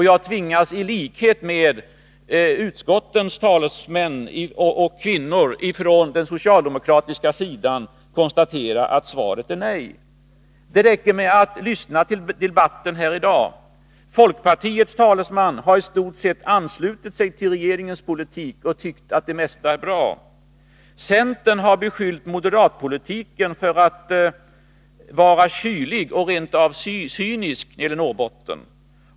Jag tvingas, i likhet med utskottets talesmän från den socialdemokratiska sidan, att konstatera att svaret är nej. Det räcker att lyssna till debatten här i dag. Folkpartiets talesman har i stort sett anslutit sig till regeringens politik och tyckt att det mesta är bra. Centern har beskyllt moderatpolitiken för att vara kylig och rent av cynisk när det gäller Norrbotten.